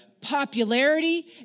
popularity